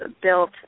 built